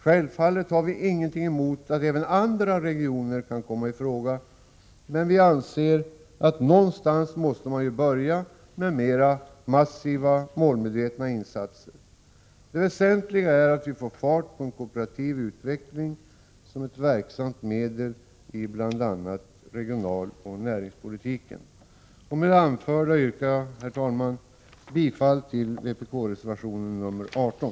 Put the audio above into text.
Självfallet har vi ingenting emot att även andra regioner kan komma i fråga, men någonstans måste man börja med mer massiva och målmedvetna insatser, anser vi. Det väsentliga är att vi får fart på en kooperativ utveckling som ett verksamt medel i bl.a. regionaloch näringspolitiken. Med det anförda yrkar jag, herr talman, bifall till vpk-reservationen nr 18.